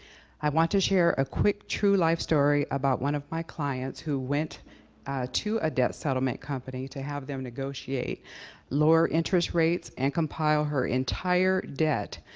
i want to share a quick true life story about one of my clients who went to a debt settlement company to have them negotiate lower interest rates and compile her entire debt,